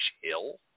Hill